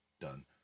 done